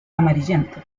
amarillento